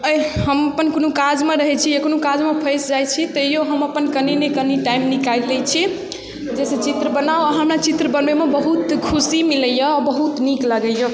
अइ हम अपन कोनो काजमे रहय छी या कोनो काजमे फँसि जाइ छी तैयो हम अपन कनी ने कनी टाइम निकालि लै छी जैसँ चित्र बनाउ आओर हमरा चित्र बनबयमे बहुत खुशी मिलइए बहुत नीक लागइए